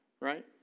Right